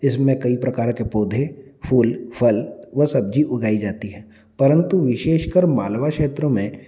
इसमें कई प्रकार के पौधे फूल फल व सब्जी उगाई जाती है परन्तु विशेषकर मालवा क्षेत्र में